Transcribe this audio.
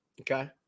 Okay